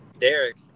Derek